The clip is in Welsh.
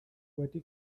wedi